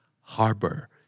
Harbor